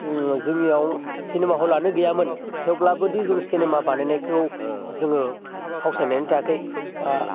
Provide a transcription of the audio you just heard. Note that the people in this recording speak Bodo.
उम जोंनियाव सिनेमा हलानो गैयामोन थेवब्लाबोदि जों सिनेमा बानायनायखौ जोङो फावसायनानै थायाखै बा